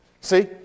See